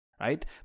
right